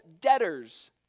debtor's